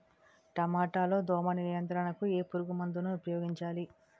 టమాటా లో దోమ నియంత్రణకు ఏ పురుగుమందును ఉపయోగించాలి?